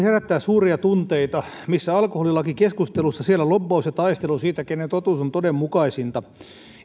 herättää suuria tunteita missä alkoholilaki keskustelussa siellä lobbaus ja taistelu siitä kenen totuus on todenmukaisinta